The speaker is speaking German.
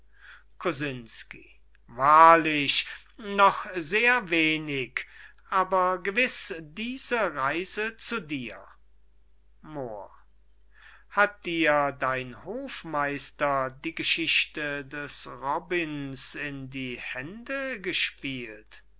kosinsky wahrlich noch sehr wenig aber doch diese reise zu dir edler graf moor hat dir dein hofmeister die geschichte des robins in die hände gespielt